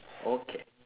okay